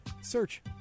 Search